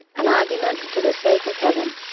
an argument for the sake of heaven.